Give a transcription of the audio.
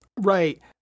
Right